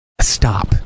Stop